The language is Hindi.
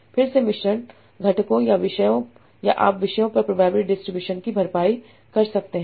फिर से मिश्रण घटकों या विषयों या आप विषयों पर प्रोबेबिलिटी डिस्ट्रीब्यूशन की भरपाई कर सकते हैं